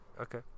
Okay